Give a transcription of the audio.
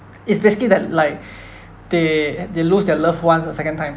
is basically that like they they lose their loved ones the second time